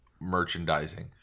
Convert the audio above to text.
merchandising